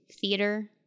theater